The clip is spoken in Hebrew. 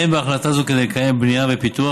אין בהחלטה הזאת כדי לקיים בנייה ופיתוח